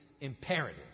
imperative